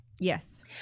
Yes